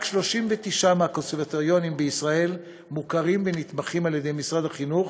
רק 39 מהקונסרבטוריונים בישראל מוכרים ונתמכים על-ידי משרד החינוך,